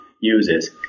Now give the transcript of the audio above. uses